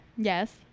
Yes